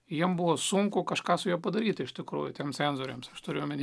jiem buvo sunku kažką su juo padaryti iš tikrųjų tiem cenzoriams aš turiu omeny